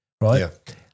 Right